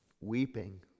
weeping